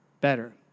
better